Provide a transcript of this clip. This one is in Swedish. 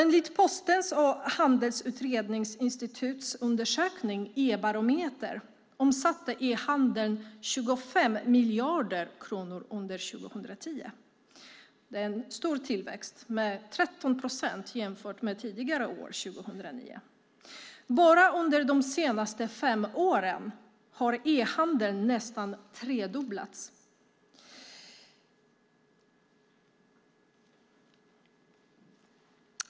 Enligt Postens och Handelns Utredningsinstituts undersökning e-barometern omsatte e-handeln 25 miljarder kronor under 2010. Det är en stor tillväxt, med 13 procent jämfört med 2009. Bara under de senaste fem åren har e-handeln nästan tredubblats.